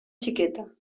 xiqueta